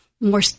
more